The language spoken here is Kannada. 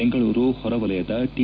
ಬೆಂಗಳೂರು ಹೊರವಲಯದ ಟಿ